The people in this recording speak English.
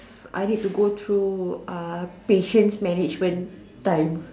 I need to go through uh patience management time